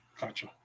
Gotcha